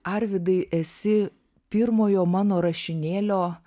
arvydai esi pirmojo mano rašinėlio